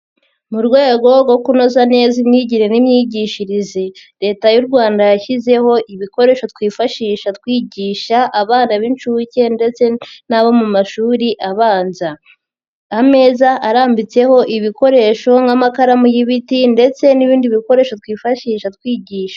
Mu rwego rwo kunoza neza imyigire n'imyigishirize, Leta y'u Rwanda yashyizeho ibikoresho twifashisha twigisha abana b'inshuke ndetse na bo mu mashuri abanza, ameza arambitseho ibikoresho nk'amakaramu y'ibiti ndetse n'ibindi bikoresho twifashisha twigisha.